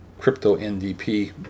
crypto-NDP